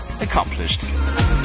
accomplished